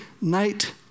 night